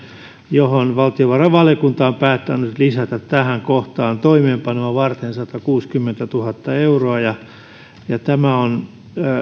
johon valtiovarainvaliokunta on päättänyt lisätä toimeenpanoa varten satakuusikymmentätuhatta euroa tämä on